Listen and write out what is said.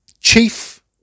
Chief